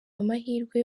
amahirwe